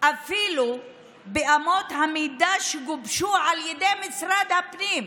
אפילו באמות המידה שגובשו על ידי משרד הפנים,